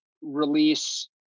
release